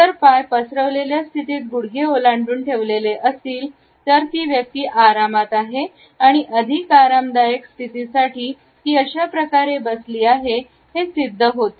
जर पाय पसरवलेल्या स्थितीत गुडघे ओलांडुन ठेवलेली असतील तर ती व्यक्ती आरामात आहे आणि अधिक आरामदायक स्थिती साठी ती अशाप्रकारे बसली आहे हे सिद्ध होते